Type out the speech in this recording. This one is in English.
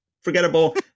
forgettable